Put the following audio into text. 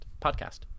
Podcast